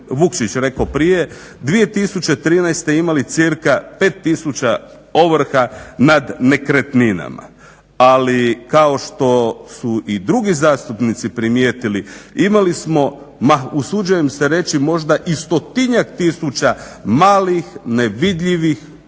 Vukšić rekao prije 2013.imali cca 5 tisuća ovrha nad nekretninama. Ali kao što su i drugi zastupnici primijetili imali smo ma usuđujem se reći možda i stotinjak tisuća malih, nevidljivih ovrha,